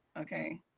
Okay